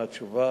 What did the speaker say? זאת תהיה השאלה.